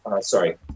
Sorry